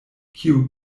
kiu